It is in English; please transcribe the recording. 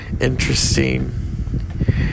Interesting